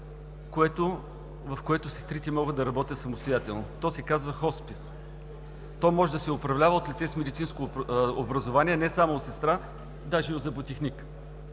в което сестрите могат да работят самостоятелно. То се казва хоспис. То може да се управлява от лице с медицинско образование, не само от сестра, даже и от зъботехник.